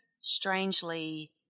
strangely –